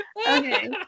Okay